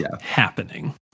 happening